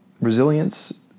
resilience